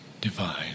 divine